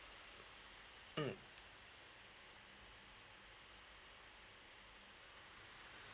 mm